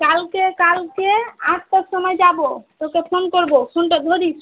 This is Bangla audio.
কালকে কালকে আটটার সময় যাবো তোকে ফোন করবো ফোনটা ধরিস